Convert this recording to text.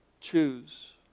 choose